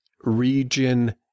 region